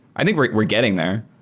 i think we're we're getting there,